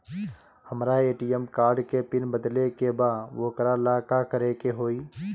हमरा ATM card के pin बदले के बा वोकरा ला का करे के होई?